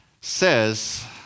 says